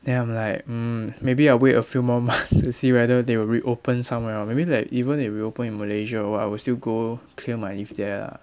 then I'm like mm maybe I'll wait a few more months to see whether they will reopen somewhere or maybe like even if reopen in malaysia or what I will still go clear my leave there ah